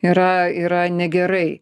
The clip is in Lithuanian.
yra yra negerai